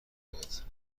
بیاد